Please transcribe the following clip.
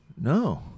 No